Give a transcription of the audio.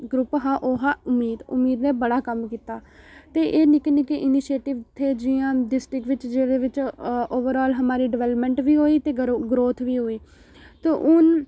group हा ओह् हा उम्मीद उम्मीद नै बड़ा कम्म कीता ते एह् निक्के निक्के इनिशिएटिव हे जि'यां डिस्ट्रिक बिच जेह्दे बिच ओवरआल साढ़ी डवैल्पमैंट बी होई ते ग्रोथ बी होई ते हून